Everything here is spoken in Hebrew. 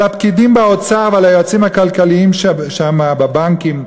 על הפקידים באוצר ועל היועצים הכלכליים שם בבנקים,